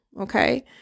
Okay